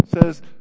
says